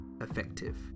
effective